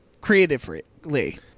creatively